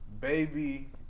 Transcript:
Baby